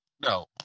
No